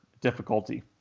difficulty